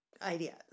ideas